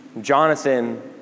Jonathan